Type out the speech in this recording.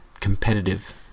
competitive